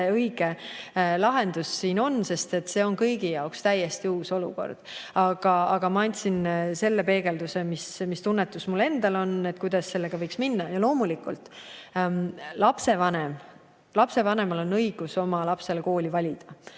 õige lahendus, sest see on kõigi jaoks täiesti uus olukord. Aga ma andsin selle peegelduse, mis tunnetus mul endal on, kuidas võiks edasi minna. Loomulikult, lapsevanemal on õigus oma lapsele kooli valida.